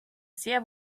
sehr